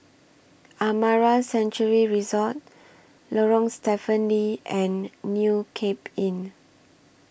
Amara Sanctuary Resort Lorong Stephen Lee and New Cape Inn